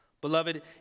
Beloved